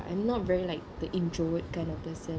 I'm not very like the introvert kind of person